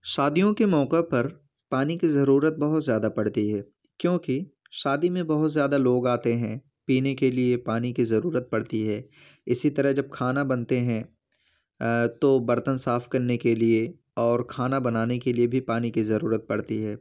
شادیوں کے موقع پر پانی کی ضرورت بہت زیادہ پڑتی ہے کیونکہ شادی میں بہت زیادہ لوگ آتے ہیں پینے کے لیے پانی کی ضرورت پڑتی ہے اسی طرح جب کھانا بنتے ہیں تو برتن صاف کرنے کے لیے اور کھانا بنانے کے لیے بھی پانی کی ضرورت پڑتی ہے